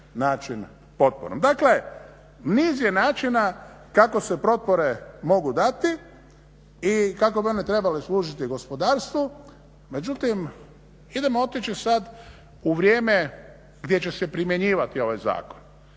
način potporom. Dakle, niz je načina kako se potpore mogu dati i kako bi one trebale služiti gospodarstvu, međutim idemo otići sada u vrijeme gdje će primjenjivati ovaj zakon,